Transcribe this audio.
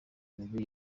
mibi